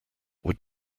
would